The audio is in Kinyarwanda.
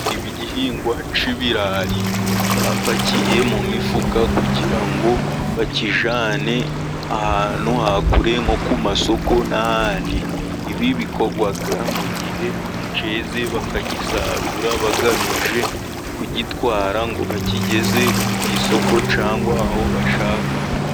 Igihingwa k'ibirayi bapakiye mu mifuka, kugira ngo bakijyane ahantu ha kure, nko ku masoko n'ahandi. Ibi bikorwa mu gihe keze, bakagisarura bagamije kugitwara, ngo bakigeze ku isoko cyangwa aho bashaka.